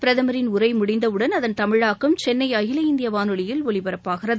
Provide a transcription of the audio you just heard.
பிரதமின் உரை முடிந்தவுடன் அதன் தமிழாக்கம் சென்னை அகில இந்திய வானொலியில் ஒலிபரப்பாகிறது